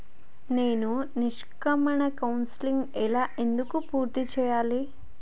నేను నిష్క్రమణ కౌన్సెలింగ్ ఎలా ఎందుకు పూర్తి చేయాలి?